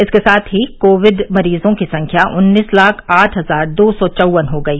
इसके साथ ही कोविड मरीजों की संख्या उन्नीस लाख आठ हजार दो सौ चौवन हो गई